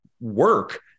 work